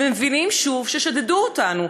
ומבינים שוב ששדדו אותנו,